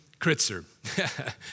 Kritzer